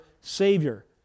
Savior